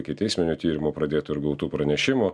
ikiteisminio tyrimo pradėto ir gautų pranešimų